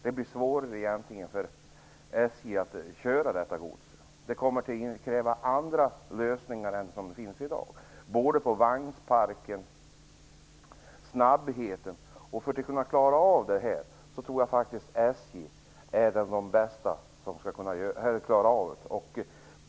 Det kommer att bli svårare för SJ att köra detta gods. Det kommer att kräva andra lösningar än dagens när det gäller både vagnparken och snabbheten. Jag tror att SJ hör till dem som har bäst förutsättningar att klara av detta.